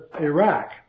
Iraq